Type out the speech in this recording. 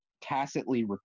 tacitly